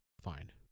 fine